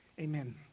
Amen